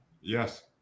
Yes